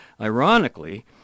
Ironically